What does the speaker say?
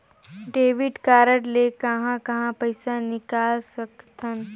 Debit card ले कहां कहां पइसा निकाल सकथन?